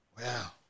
Wow